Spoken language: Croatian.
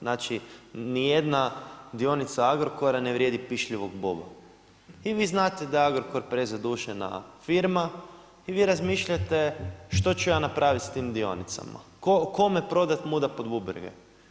Znači nijedna dionica Agrokora ne vrijedi pišljivog boba i vi znate da Agrokor je prezadužena firma i vi razmišljate što ću ja napraviti sa tim dionicama, kome prodati muda pod bubrege.